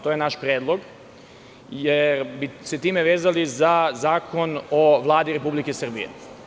To je naš predlog, jer bi se time vezali za Zakon o Vladi Republike Srbije.